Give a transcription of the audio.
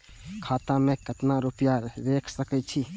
खाता में केतना रूपया रैख सके छी?